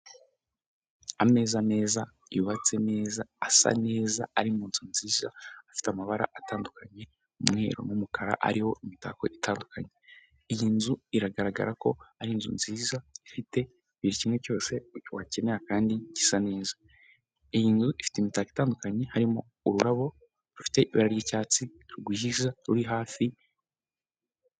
Ameza meza yubatse neza asa neza, ari mu nzu nziza, afite amabara atandukanye umweru n'umukara ariho imitako itandukanye. Iyi nzu igaragara ko ari inzu nziza, ifite buri kimwe cyose wakenera kandi gisa neza, iyi nzu ifite imitako itandukanye, harimo ururabo rufite ibara ry'icyatsi rwiza ruri hafi...